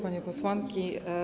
Panie Posłanki!